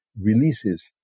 releases